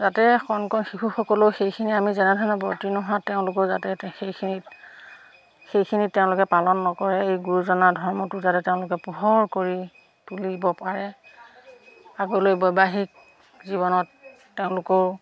যাতে কণ কণ শিশুসকলেও সেইখিনি আমি যেনেধৰণে বৰ্তি নোহোৱাত তেওঁলোকৰ যাতে সেইখিনিত সেইখিনিত তেওঁলোকে পালন নকৰে এই গুৰুজনাৰ ধৰ্মটো যাতে তেওঁলোকে পোহৰ কৰি তুলিব পাৰে আগলৈ বৈবাহিক জীৱনত তেওঁলোকেও